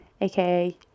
aka